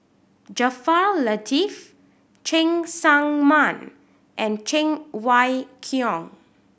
Jaafar Latiff Cheng Tsang Man and Cheng Wai Keung